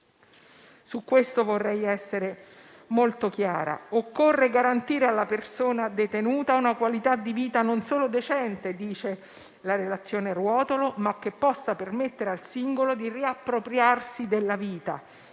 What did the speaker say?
Su questo vorrei essere molto chiara. Occorre garantire alla persona detenuta una qualità di vita, non solo decente, come dice la relazione Ruotolo, ma che possa permettere al singolo di riappropriarsi della vita